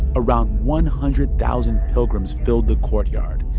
around one hundred thousand pilgrims filled the courtyard,